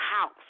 house